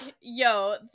yo